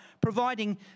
providing